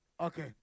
okay